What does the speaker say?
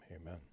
amen